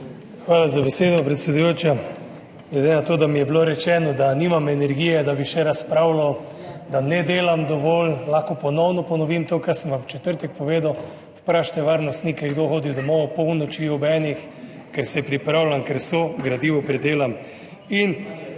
Hvala za besedo, predsedujoča. Glede na to, da mi je bilo rečeno, da nimam energije, da bi še razpravljal, da ne delam dovolj, lahko ponovno ponovim to, kar sem vam v četrtek povedal. Vprašajte varnostnike kdo hodi domov ob polnoči, ob enih, ker se pripravljam, ker vse gradivo pridelam.